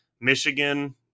Michigan